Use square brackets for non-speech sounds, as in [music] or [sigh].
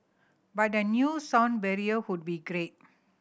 but a new sound barrier [unintelligible] be great